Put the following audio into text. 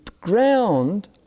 ground